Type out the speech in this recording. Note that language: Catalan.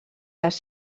les